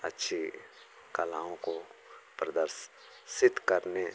अच्छी कलाओं को प्रदर्शित करने